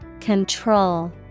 Control